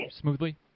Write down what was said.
smoothly